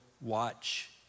watch